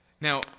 Now